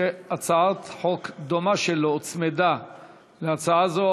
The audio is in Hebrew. שהצעת חוק דומה שלו הוצמדה להצעה זו.